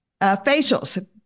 Facials